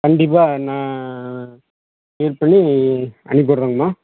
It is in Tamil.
கண்டிப்பாக நான் க்ளியர் பண்ணி அனிப்பிர்றேங்கம்மா